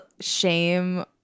shame